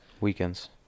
weekends